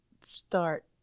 start